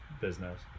business